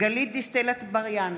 גלית דיסטל אטבריאן,